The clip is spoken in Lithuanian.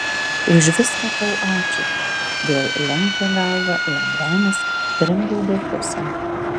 už viską tau ačiū vėl lenkė galvą lengvenis rimgaudo pusėn